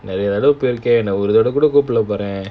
நான் ஒரு தடவை கூட கூப்பிடல பாரேன்:naan oru thadavai kooda koopidala paaraen